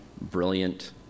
brilliant